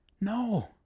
No